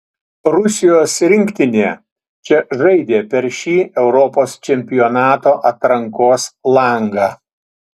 rusijos rinktinė čia žaidė per šį europos čempionato atrankos langą